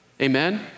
Amen